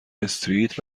استریت